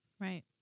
Right